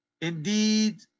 Indeed